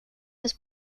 was